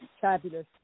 fabulous